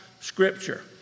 scripture